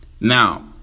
Now